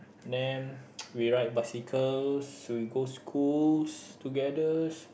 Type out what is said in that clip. then we ride bicycles so we go schools togethers